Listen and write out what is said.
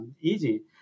easy